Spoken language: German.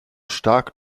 stark